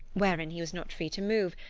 wherein he was not free to move,